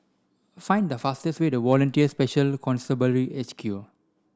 find the fastest way to Volunteer Special Constabulary H Q